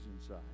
inside